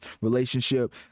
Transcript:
relationship